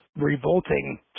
revolting